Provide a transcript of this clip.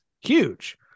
huge